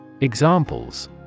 Examples